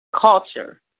culture